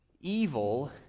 evil